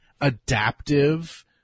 adaptive